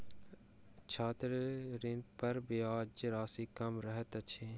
छात्र ऋणपर ब्याजक राशि कम रहैत अछि